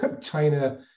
China